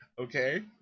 Okay